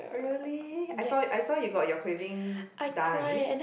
really I saw it I saw you got your craving done